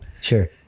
Sure